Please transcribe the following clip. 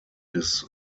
his